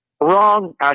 Wrong